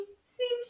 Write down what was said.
seems